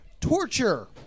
Torture